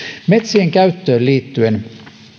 metsien käyttöön liittyen